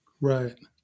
Right